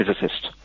physicist